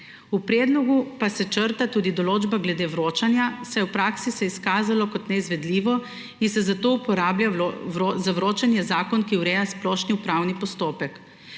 V predlogu pa se črta tudi določba glede vročanja, saj se je v praksi izkazalo kot neizvedljivo in se zato za vročanje uporablja zakon, ki ureja splošni upravni postopek.